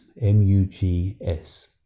M-U-G-S